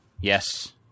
yes